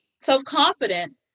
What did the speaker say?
self-confident